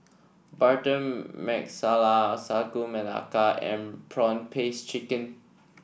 butter Nasala Sagu Melaka and prawn paste chicken